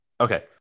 okay